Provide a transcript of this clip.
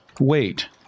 wait